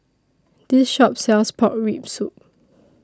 This Shop sells Pork Rib Soup